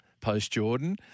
post-Jordan